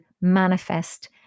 manifest